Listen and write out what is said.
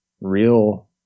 real